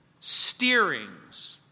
steerings